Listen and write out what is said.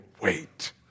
wait